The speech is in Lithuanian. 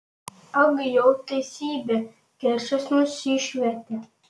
ag jau teisybė keršis nusišvietė